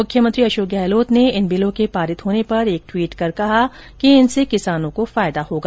मुख्यमंत्री अशोक गहलोत ने इन बिलों के पारित होने पर एक ट्वीट कर कहा कि इनसे किसानों को फायदा होगा